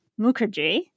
Mukherjee